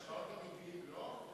ומשקאות אמיתיים לא?